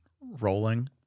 rolling